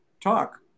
talk